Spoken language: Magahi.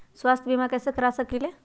स्वाथ्य बीमा कैसे करा सकीले है?